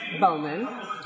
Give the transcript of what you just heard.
Bowman